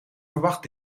verwacht